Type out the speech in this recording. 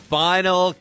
final